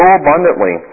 abundantly